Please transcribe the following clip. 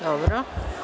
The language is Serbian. Dobro.